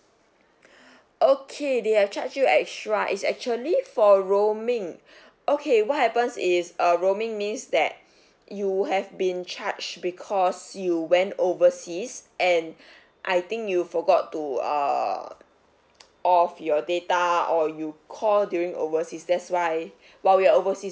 okay they have charge you extra is actually for roaming okay what happens is uh roaming means that you have been charge because you went overseas and I think you forgot to err off your data or you call during overseas that's why while you're overseas